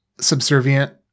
subservient